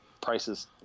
prices